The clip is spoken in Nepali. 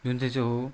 जुन चाहिँ चाहिँ हो